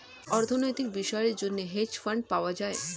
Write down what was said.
অর্থনৈতিক বিষয়ের জন্য হেজ ফান্ড পাওয়া যায়